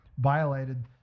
violated